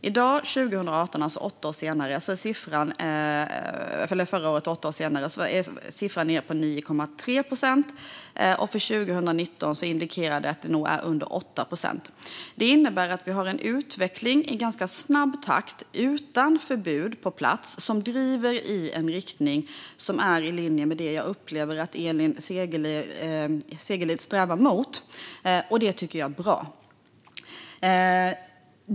År 2018, alltså åtta år senare, var siffran nere på 9,3 procent. För 2019 ser siffran ut att bli under 8 procent. Det innebär att vi har en utveckling i ganska snabb takt, utan förbud på plats, i riktning mot det som jag upplever att Elin Segerlind strävar mot. Det tycker jag är bra.